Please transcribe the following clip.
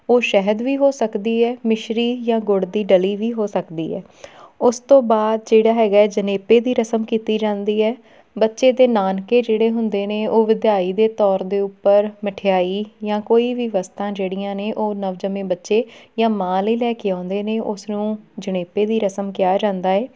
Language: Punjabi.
ਉਹ ਸ਼ਹਿਦ ਵੀ ਹੋ ਸਕਦੀ ਹੈ ਮਿਸ਼ਰੀ ਜਾਂ ਗੁੜ ਦੀ ਡਲੀ ਵੀ ਹੋ ਸਕਦੀ ਹੈ ਉਸ ਤੋਂ ਬਾਅਦ ਜਿਹੜਾ ਹੈਗਾ ਹੈ ਜਣੇਪੇ ਦੀ ਰਸਮ ਕੀਤੀ ਜਾਂਦੀ ਹੈ ਬੱਚੇ ਦੇ ਨਾਨਕੇ ਜਿਹੜੇ ਹੁੰਦੇ ਨੇ ਉਹ ਵਧਾਈ ਦੇ ਤੌਰ ਦੇ ਉੱਪਰ ਮਠਿਆਈ ਜਾਂ ਕੋਈ ਵੀ ਵਸਤਾਂ ਜਿਹੜੀਆਂ ਨੇ ਉਹ ਨਵਜੰਮੇ ਬੱਚੇ ਜਾਂ ਮਾਂ ਲਈ ਲੈ ਕੇ ਆਉਂਦੇ ਨੇ ਉਸਨੂੰ ਜਣੇਪੇ ਦੀ ਰਸਮ ਕਿਹਾ ਜਾਂਦਾ ਹੈ